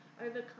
overcome